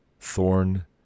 thorn